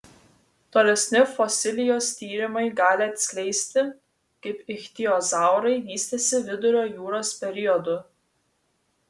tolesni fosilijos tyrimai gali atskleisti kaip ichtiozaurai vystėsi vidurio jūros periodu